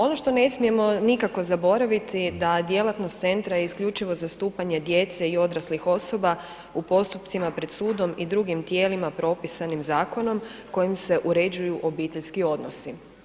Ono što ne smijemo nikako zaboraviti da djelatnost centra je isključivo zastupanje djece i odraslih osoba u postupcima pred sudom i drugim tijelima propisanim zakonom kojim se uređuju obiteljski odnosi.